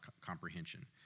comprehension